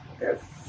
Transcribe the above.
Yes